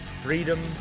freedom